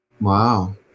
Wow